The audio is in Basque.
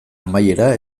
amaiera